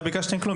לא ביקשתם כלום,